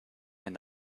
and